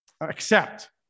accept